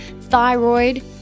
thyroid